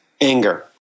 anger